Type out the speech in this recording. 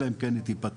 אלא אם כן היא תיפתר,